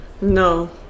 No